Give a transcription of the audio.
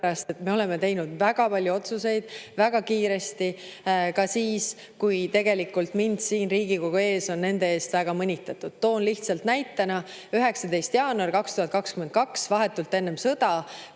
me oleme teinud väga palju otsuseid väga kiiresti, ka siis, kui mind siin Riigikogu ees on nende eest väga mõnitatud. Toon lihtsalt näite. 19. jaanuaril 2022. aastal vahetult enne sõda